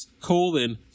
colon